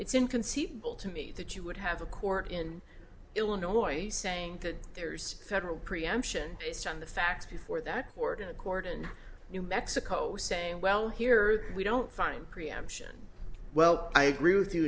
it's inconceivable to me that you would have a court in illinois saying that there's a federal preemption based on the facts before that court in a court in new mexico saying well here we don't find preemption well i agree with you